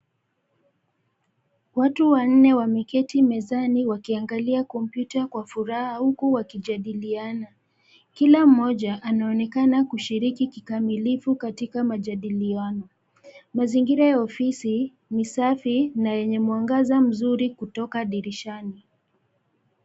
Watu wanne wameketi mezani wakiangalia kompyuta kwa furaha huku wakijadiliana. Kila mmoja anaonekana kushiriki kikamilivu katika majadiliano. Mazingira ya ofisi ni safi na yenye mwangaza mzuri kutoka dirishani.